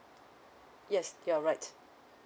yes you're right